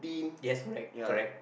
yes correct correct